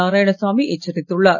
நாராயணசாமி எச்சரித்துள்ளார்